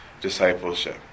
discipleship